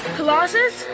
Colossus